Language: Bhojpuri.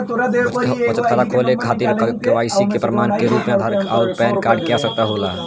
बचत खाता खोले के खातिर केवाइसी के प्रमाण के रूप में आधार आउर पैन कार्ड के आवश्यकता होला